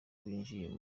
binjiye